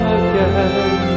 again